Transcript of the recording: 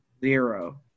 zero